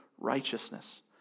righteousness